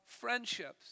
friendships